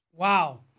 Wow